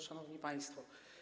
Szanowni Państwo!